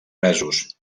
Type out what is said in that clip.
presos